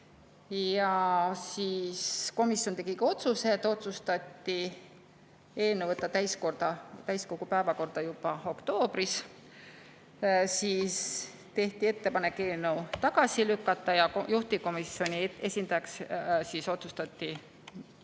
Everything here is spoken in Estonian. Ja komisjon tegi ka otsused. Otsustati eelnõu võtta täiskogu päevakorda juba oktoobriks. Siis tehti ettepanek eelnõu tagasi lükata. Juhtivkomisjoni esindajaks otsustati